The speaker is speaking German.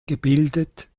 gebildet